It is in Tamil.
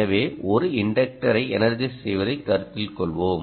எனவே ஒரு இன்டக்டரை எனர்ஜைஸ் செய்வதைக் கருத்தில் கொள்வோம்